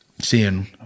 seeing